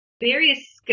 various